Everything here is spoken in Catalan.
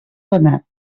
donat